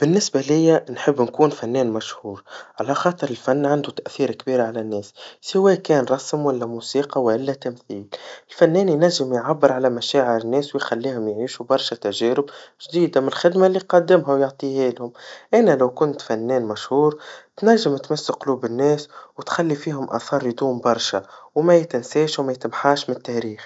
بالنسبا ليا نحب نكون فنان مشهور, على خاطر الفن عنده تأثير كبير عالناس, سوا كان رسم, ولا موسيقى, ولا تمثيل, الفنان ينجم يعبر عن مشاعر الناس ويخليهم يعيشوا برشا تجارب جديدا مالخدما اللي يقدمها, ويعطيهالهم, أنا لو كنت فنان مشهور, تنجم تمس قلوب الناس, وتخلي فيهم أثر يدوم برشا, وما يتنساش, وما يتمحاش مالتاريخ.